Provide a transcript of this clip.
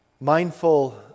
mindful